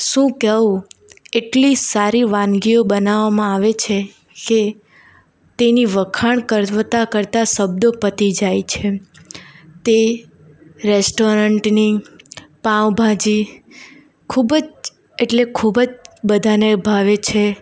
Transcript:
શું કહું એટલી સારી વાનગીઓ બનાવવામાં આવે છે કે તેની વખાણ કરતા કરતા શબ્દો પતી જાય છે તે રેસ્ટોરન્ટની પાંવભાજી ખૂબ જ એટલે ખૂબ જ બધાંને ભાવે છે